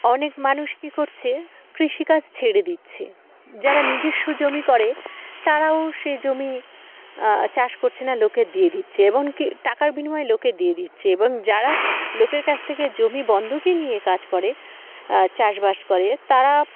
অনেক মানুষ কী করছে কৃষিকাজ ছেড়ে দিচ্ছে যারা নিজস্ব জমি করে তারাও সে জমি চাষ করছে না লোকে দিয়ে দিচ্ছে এবং কি টাকার বিনিময়ে লোকে দিয়ে দিচ্ছে এবং যারা লোকের কাছ থেকে জমি বন্ধক নিয়ে কাজ করে চাষবাস করে তারা